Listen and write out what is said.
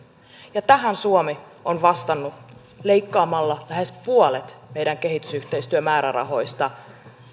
ja tähän suomi on vastannut leikkaamalla lähes puolet meidän kehitysyhteistyömäärärahoista